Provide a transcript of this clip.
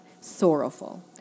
sorrowful